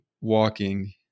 walking